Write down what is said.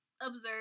observe